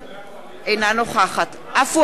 אינה נוכחת עפו אגבאריה,